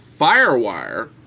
FireWire